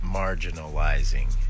marginalizing